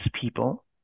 people